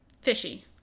fishy